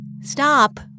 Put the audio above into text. Stop